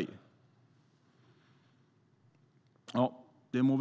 i tillkännagivandet.